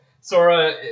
Sora